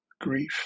grief